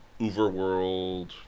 Uberworld